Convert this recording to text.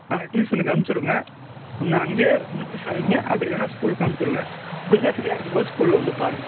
டியூஷனுக்கு அனுப்பிச்சுவிடுங்க ஒன்று அங்கேயே ஒன்று டியூஷன் வைங்க அப்படி இல்லைன்னா ஸ்கூலுக்கு அனுப்ச்சுவிடுங்க முடிஞ்சால் ஃபிரீயாக இருக்கும்போது ஸ்கூலில் வந்து பாருங்கள்